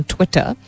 Twitter